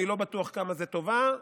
אני לא בטוח כמה זה טובה.